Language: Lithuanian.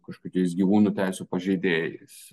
kažkokiais gyvūnų teisių pažeidėjais